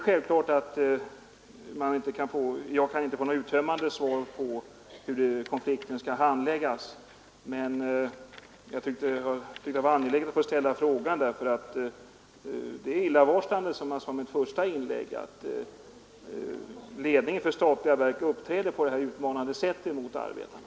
Självklart kan jag inte få något uttömmande svar på hur konflikten skall handläggas, men jag tyckte det var angeläget att få ställa frågan, för som jag sade i mitt första inlägg är det illavarslande att ledningen för ett statligt verk uppträder på detta utmanande sätt mot arbetarna.